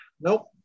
nope